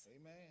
Amen